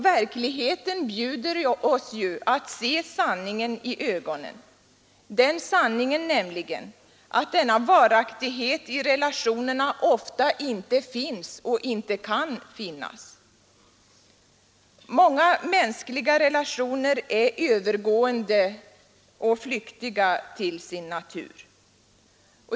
Verkligheten bjuder oss ju att se sanningen i ögonen, den sanningen nämligen att denna varaktighet i relationerna ofta inte finns och inte kan finnas. Många mänskliga relationer är övergående och flyktiga till sin natur.